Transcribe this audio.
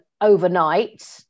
overnight